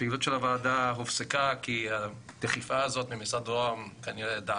הפעילות של הוועדה הופסקה כי הדחיפה הזאת ממשרד ראש הממשלה דעכה,